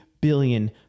billion